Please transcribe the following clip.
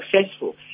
successful